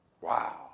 Wow